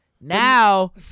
Now